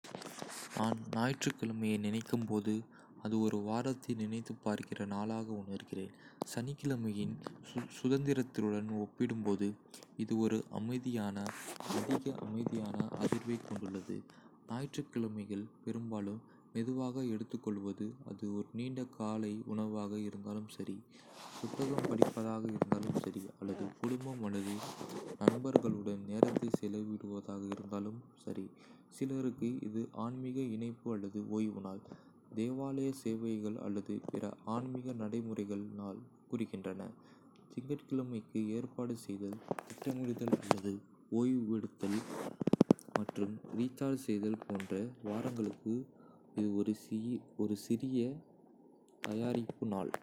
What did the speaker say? நான் சனிக்கிழமையைப் பற்றி நினைக்கும் போது, அது சுதந்திரம் மற்றும் சாத்தியம் பற்றியது. இது ஒரு வெற்று கேன்வாஸ் போல் உணரும் ஒரு நாள்-வேலை அல்லது பள்ளி அழுத்தம், ஓய்வெடுக்க, ஆராய அல்லது வாரத்தில் நீங்கள் தள்ளிப்போட்ட விஷயங்களைப் பற்றி தெரிந்துகொள்ள ஒரு வாய்ப்பு. சோம்பேறித்தனமான காலையை ரசிப்பது, நண்பர்களுடன் வெளியே செல்வது, ஆக்கப்பூர்வமாக ஏதாவது செய்வது அல்லது அவசரமின்றி வீட்டைச் சுற்றியுள்ள விஷயங்களைச் செய்வது போன்றவற்றில் சனிக்கிழமைகள் பெரும்பாலும் ஓய்வெடுக்கும் ஆற்றலைக் கொண்டிருக்கும். மினி-எஸ்கேப்பின் ஆரம்பம் போன்ற சாகச உணர்வும் இருக்கிறது. சனிக்கிழமை உங்களுக்கும் அந்த சாத்தியக்கூறு உள்ளதா அல்லது வேறு ஏதாவது நினைக்கிறீர்களா?